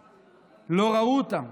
לא ראו אותם,